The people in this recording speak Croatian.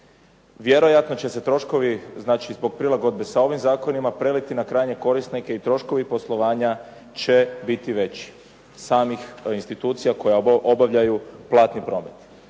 vjerojatno će se troškovi, znači zbog prilagodbe sa ovim zakonima, preliti na krajnje korisnike i troškovi poslovanja će biti veći, samih institucija koje obavljaju platni promet.